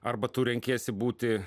arba tu renkiesi būti